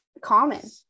common